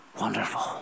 Wonderful